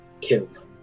killed